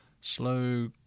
slow